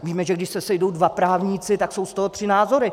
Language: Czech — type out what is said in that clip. Víme, že když se sejdou dva právníci, tak jsou z toho tři názory.